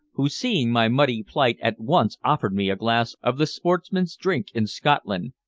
who seeing my muddy plight at once offered me a glass of the sportsman's drink in scotland,